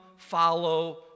follow